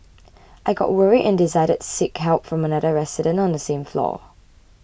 I got worried and decided to seek help from another resident on the same floor